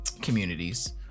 communities